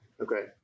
Okay